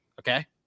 okay